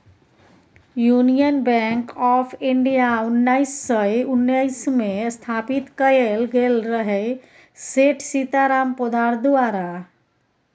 union Bank of India उन्नैस सय उन्नैसमे स्थापित कएल गेल रहय सेठ सीताराम पोद्दार द्वारा